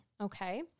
okay